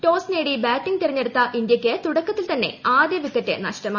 ട്ടോസ്റ് നേടി ബാറ്റിംഗ് തെരഞ്ഞെടുത്ത ഇന്ത്യയ്ക്ക് തുടക്കത്തിൽ തുന്നെ ആദ്യ വിക്കറ്റ് നഷ്ടമായി